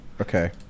Okay